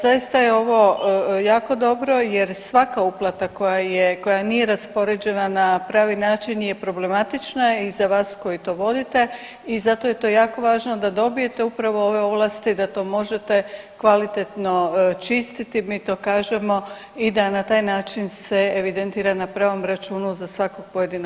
Zaista je ovo jako dobro jer svaka uplata koja je, koja nije raspoređena na pravi način je problematična i za vas koji to vodite i zato je to jako važno da dobijete upravo ove ovlasti da to možete kvalitetno čistiti, mi to kažemo i da na taj način se evidentira na pravom računu za svakog pojedinog korisnika.